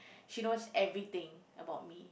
she knows everything about me